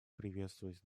приветствовать